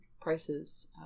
Price's